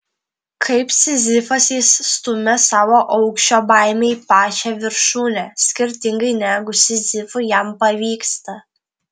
kaip sizifas jis stumia savo aukščio baimę į pačią viršūnę skirtingai negu sizifui jam pavyksta